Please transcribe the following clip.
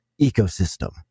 ecosystem